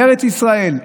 בארץ ישראל,